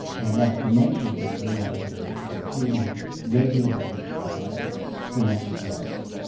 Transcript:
and those connections between those areas are clearly regulated by synaptic waves.